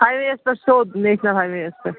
ہاے ویٚیَس پٮ۪ٹھ سیوٚد national highways پٮ۪ٹھ